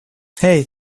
hey